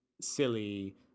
silly